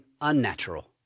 unnatural